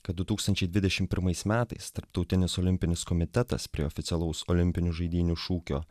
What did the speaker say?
kad du tūkstančiai dvidešimt pirmais metais tarptautinis olimpinis komitetas prie oficialaus olimpinių žaidynių šūkio